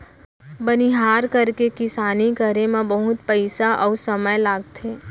बनिहार करके किसानी करे म बहुत पइसा अउ समय लागथे